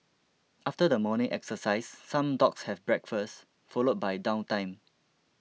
after the morning exercise some dogs have breakfast followed by downtime